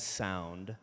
sound